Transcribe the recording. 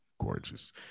Gorgeous